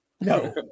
No